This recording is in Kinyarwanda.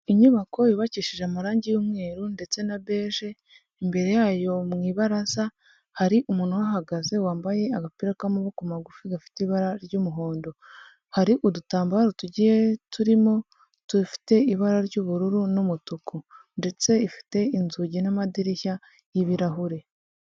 Inyubako yubakishije amarangi y'umweru ndetse na beje, imbere yayo mu ibaraza hari umuntu uhahagaze wambaye agapira k'amaboko magufi gafite ibara ry'umuhondo, hari udutambaro tugiye turimo dufite ibara ry'ubururu n'umutuku ndetse ifite inzugi n'amadirishya y'ibirahure.